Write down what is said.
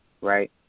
right